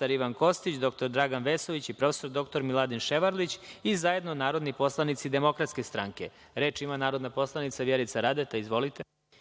mr Ivan Kostić, dr Dragan Vesović i prof. dr Miladin Ševarlić, i zajedno narodni poslanici DS.Reč ima narodna poslanica Vjerica Radeta. Izvolite.